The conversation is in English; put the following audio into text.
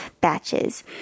batches